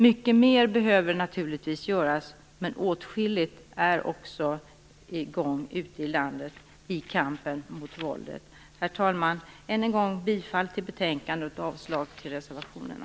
Mycket mer behöver naturligtvis göras, men åtskilligt är på gång ute i landet i kampen mot våldet. Herr talman! Än en gång bifall till betänkandet och avslag på reservationerna!